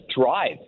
drive